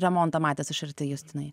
remontą matęs iš arti justinai